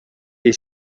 est